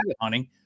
hunting